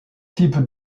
types